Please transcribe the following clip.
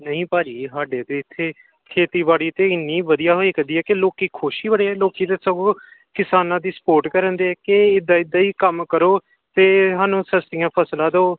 ਨਹੀਂ ਭਾਅ ਜੀ ਸਾਡੇ ਤਾਂ ਇੱਥੇ ਖੇਤੀਬਾੜੀ ਤਾਂ ਇੰਨੀ ਵਧੀਆ ਹੋਇਆ ਕਰਦੀ ਹੈ ਕਿ ਲੋਕ ਖੁਸ਼ ਹੀ ਬੜੇ ਹੈ ਲੋਕ ਤਾਂ ਸਗੋਂ ਕਿਸਾਨਾਂ ਦੀ ਸਪੋਰਟ ਕਰਨ ਦੇ ਕੇ ਇੱਦਾਂ ਇੱਦਾਂ ਹੀ ਕੰਮ ਕਰੋ ਅਤੇ ਸਾਨੂੰ ਸਸਤੀਆਂ ਫਸਲਾਂ ਦਿਉ